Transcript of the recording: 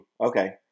okay